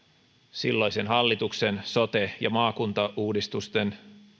silloisen hallituksen sote ja maakuntauudistuksen